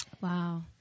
Wow